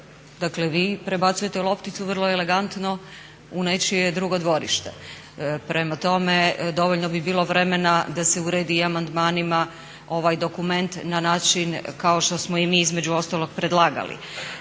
Dakle vi prebacujete lopticu vrlo elegantno u nečije drugo dvorište. Prema tome, dovoljno bi bilo vremena da se uredi i amandmanima ovaj dokument na način kao što smo i mi između ostalog predlagali.